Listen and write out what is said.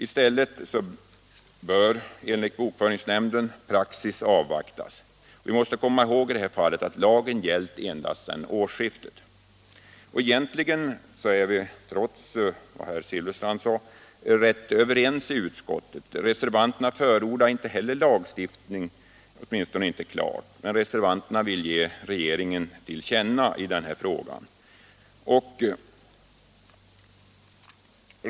I stället bör enligt bokföringsnämnden praxis avvaktas. Vi måste komma ihåg att lagen gäller endast sedan årsskiftet. Egentligen är vi, trots vad herr Silfverstrand sade, rätt överens i utskottet. Reservanterna förordar inte heller lagstiftning, åtminstone inte klart. Men reservanterna vill ge regeringen till känna att den här frågan behöver utredas.